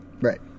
Right